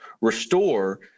restore